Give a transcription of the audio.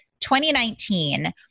2019